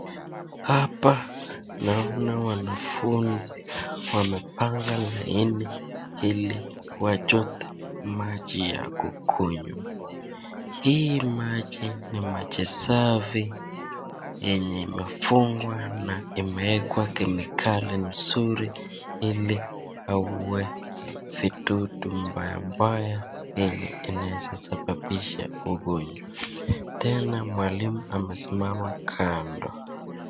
Hapa naona wanafunzi wamepanga laini ili wachote maji ya kukunywa. Hii maji ni maji safi yenye imefungwa na imewekwa kemikali mzuri ili auwe vidudu mbaya mbaya yenye inaweza sababisha ugonjwa. Tena mwalimu amesimama kando.